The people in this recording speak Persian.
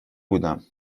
بودم